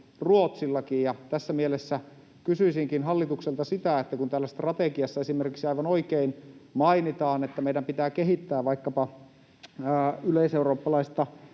Ruotsillakin. Tässä mielessä kysyisinkin hallitukselta sitä, että kun täällä strategiassa esimerkiksi aivan oikein mainitaan, että meidän pitää kehittää vaikkapa yleiseurooppalaista